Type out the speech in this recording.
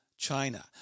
China